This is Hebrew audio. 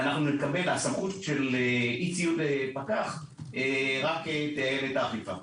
הסמכות של אי-ציות לפקח רק תייעל את האכיפה.